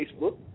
Facebook